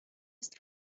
ist